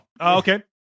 okay